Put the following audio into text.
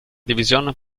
division